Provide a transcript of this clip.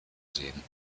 sehen